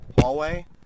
hallway